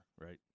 Right